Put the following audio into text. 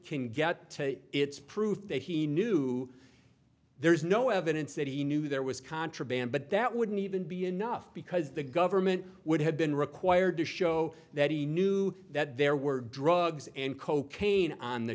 can get its proof that he knew there is no evidence that he knew there was contraband but that wouldn't even be enough because the government would have been required to show that he knew that there were drugs and cocaine on the